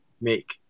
make